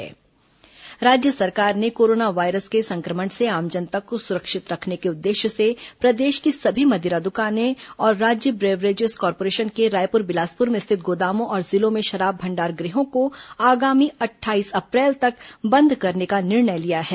corona शराब दुकान बंद राज्य सरकार ने कोरोना वायरस के संक्रमण से आम जनता को सुरक्षित रखने के उद्देश्य से प्रदेश की सभी मदिरा दुकानें और राज्य वेबरेजेस कॉर्पोरेशन के रायपुर बिलासपुर में स्थित गोदामों और जिलों में शराब भंडार गृहों को आगामी अट्ठाईस अप्रैल तक बंद करने का निर्णय लिया है